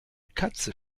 katze